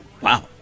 Wow